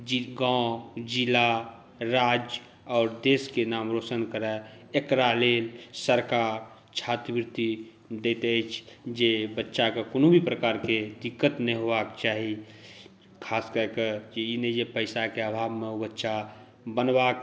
गाॅंव शके ज़िला राज्य और देशके नाम रौशन करय एक़रा लेल सरकार छात्रवृति दैत अछि जे बच्चाके कोनो भी प्रकारके दिक़्क़त नहि हेबाक चाही ख़ास कए कऽ ई नहि जे पैसाके अभावमे ओ बच्चा बनबा